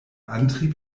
antrieb